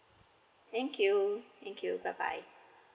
thank you thank you bye bye